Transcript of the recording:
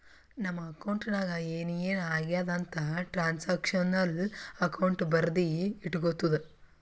ನಮ್ ಅಕೌಂಟ್ ನಾಗ್ ಏನ್ ಏನ್ ಆಗ್ಯಾದ ಅಂತ್ ಟ್ರಾನ್ಸ್ಅಕ್ಷನಲ್ ಅಕೌಂಟ್ ಬರ್ದಿ ಇಟ್ಗೋತುದ